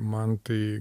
man tai